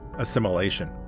assimilation